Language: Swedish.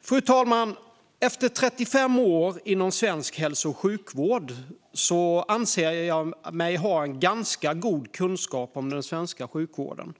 Fru talman! Efter 35 år inom svensk hälso och sjukvård anser jag mig ha ganska god kunskap om den svenska sjukvården.